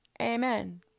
amen